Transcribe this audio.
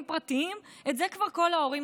דקות לרשותך.